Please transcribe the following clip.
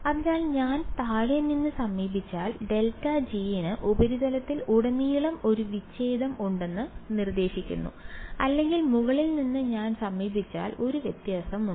അതിനാൽ ഞാൻ താഴെ നിന്ന് സമീപിച്ചാൽ ∇g ന് ഉപരിതലത്തിൽ ഉടനീളം ഒരു വിച്ഛേദം ഉണ്ടെന്ന് നിർദ്ദേശിക്കുന്നു അല്ലെങ്കിൽ മുകളിൽ നിന്ന് ഞാൻ സമീപിച്ചാൽ ഒരു വ്യത്യാസമുണ്ട്